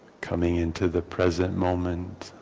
coming into the present moment,